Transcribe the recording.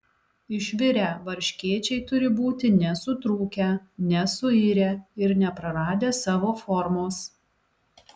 išvirę varškėčiai turi būti nesutrūkę nesuirę ir nepraradę savo formos